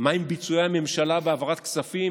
מה עם ביצועי הממשלה בהעברת כספים?